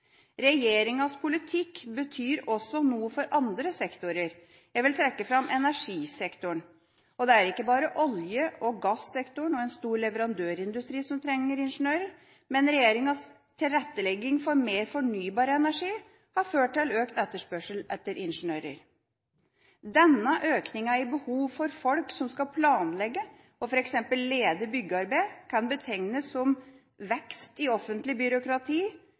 andre sektorer. Jeg vil trekke fram energisektoren. Det er ikke bare olje- og gassektoren og en stor leverandørindustri som trenger ingeniører, men regjeringas tilrettelegging for mer fornybar energi har ført til økt etterspørsel etter ingeniører. Denne økningen i behov for folk som skal planlegge og f.eks. lede byggearbeid, kan betegnes som vekst i offentlig byråkrati,